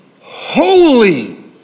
holy